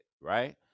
right